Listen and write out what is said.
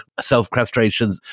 self-castrations